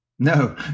No